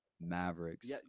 Mavericks